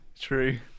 true